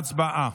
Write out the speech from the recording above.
הצבעה.